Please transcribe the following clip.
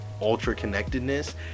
ultra-connectedness